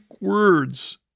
words